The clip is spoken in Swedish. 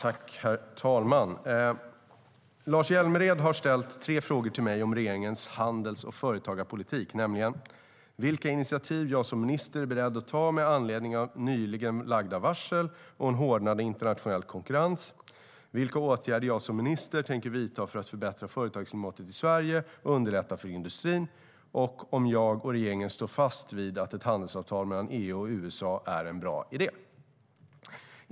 Herr talman! Lars Hjälmered har ställt tre frågor till mig om regeringens handels och företagarpolitik, nämligen vilka initiativ jag som minister är beredd att ta med anledning av nyligen lagda varsel och en hårdnande internationell konkurrens vilka åtgärder jag som minister tänker vidta för att förbättra företagsklimatet i Sverige och underlätta för industrin om jag och regeringen står fast vid att ett handelsavtal mellan EU och USA är en bra idé.